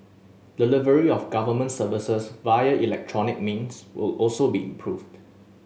delivery of government services via electronic means will also be improved